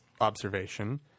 observation –